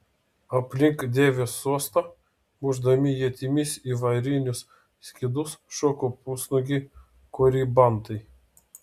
aplink deivės sostą mušdami ietimis į varinius skydus šoko pusnuogiai koribantai